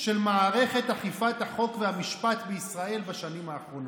של מערכת אכיפת החוק והמשפט בישראל בשנים האחרונות,